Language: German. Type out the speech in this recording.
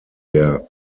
der